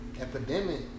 Epidemic